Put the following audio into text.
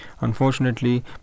unfortunately